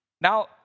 Now